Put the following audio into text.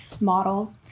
model